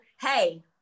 hey